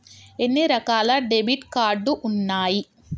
ఎన్ని రకాల debit card ఉన్నాయి?